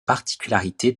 particularité